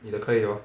你的可以 hor